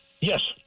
Yes